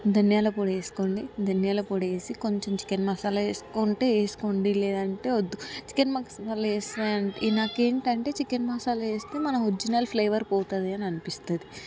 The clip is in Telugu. ధనియాల పొడి వేసుక్కోండి ధనియాల పోడేసి కొంచెం చికెన్ మసాలా వేసుకుంటే వేసుకోండి లేదంటే వద్దు చికెన్ మసాలా వెసిన నాకేంటంటే చికెన్ మసాలా వేస్తే మన ఒరిజినల్ ఫ్లేవర్ పోతుంది అని అనిపిస్తుంది